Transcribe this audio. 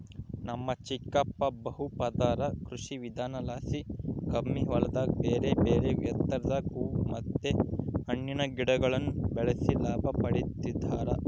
ನಮ್ ಚಿಕ್ಕಪ್ಪ ಬಹುಪದರ ಕೃಷಿವಿಧಾನಲಾಸಿ ಕಮ್ಮಿ ಹೊಲದಾಗ ಬೇರೆಬೇರೆ ಎತ್ತರದಾಗ ಹೂವು ಮತ್ತೆ ಹಣ್ಣಿನ ಗಿಡಗುಳ್ನ ಬೆಳೆಸಿ ಲಾಭ ಪಡಿತದರ